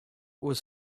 was